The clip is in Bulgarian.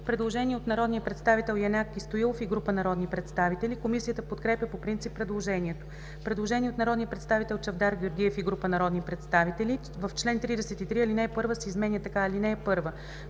предложение от народния представител Янаки Стоилов и група народни представители. Комисията подкрепя по принцип предложението. Предложение от народния представител Чавдар Георгиев и група народни представители: „В чл. 33, ал. 1 се изменя така: „(1)